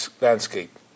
landscape